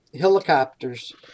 helicopters